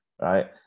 right